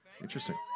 Interesting